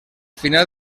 final